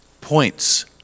points